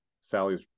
Sally's